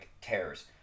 tears